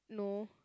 no